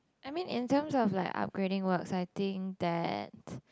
I mean in terms of like upgrading works I think that